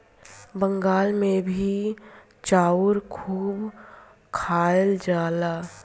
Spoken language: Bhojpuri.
बंगाल मे भी चाउर खूब खाइल जाला